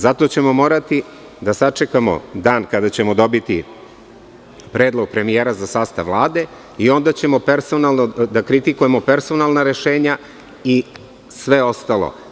Zato ćemo morati da sačekamo dan kada ćemo dobiti predlog premijera za sastav Vlade i onda ćemo da kritikujemo personalna rešenja i sve ostalo.